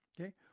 Okay